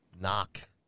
knock